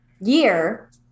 year